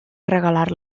regalar